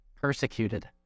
persecuted